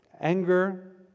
anger